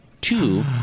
Two